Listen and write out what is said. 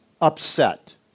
upset